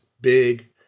big